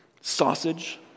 sausage